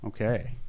Okay